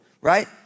right